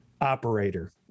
operator